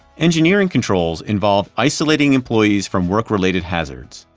engineering controls involve isolating employees from work related hazards.